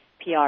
PR